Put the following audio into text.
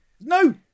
no